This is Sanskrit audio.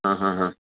हाहाहा